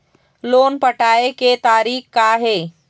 Loan पटाए के तारीख़ का हे?